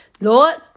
lord